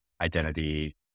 identity